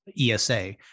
ESA